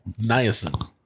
niacin